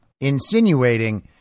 insinuating